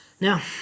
now